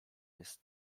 jest